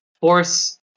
force